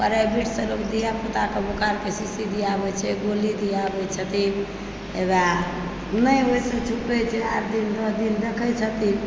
प्राइवेटसंँ लोक धिया पूताके बुख़ारके शीशी दियाबै छै गोली दियाबै छथिन ओएह नहि ओहिसँ छूटै छै आठ दिन दश दिन देखए छथिन